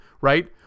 right